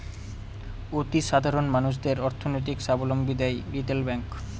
অতি সাধারণ মানুষদের অর্থনৈতিক সাবলম্বী দেয় রিটেল ব্যাঙ্ক